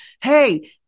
hey